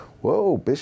whoa